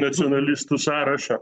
nacionalistų sąrašą